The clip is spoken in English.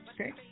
okay